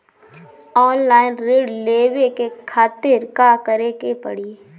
Online ऋण लेवे के खातिर का करे के पड़ी?